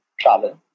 travel